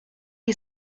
you